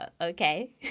Okay